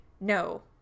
No